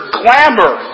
glamour